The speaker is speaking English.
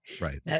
right